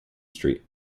street